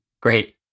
Great